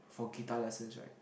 for guitar lessons right